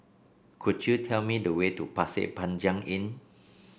could you tell me the way to Pasir Panjang Inn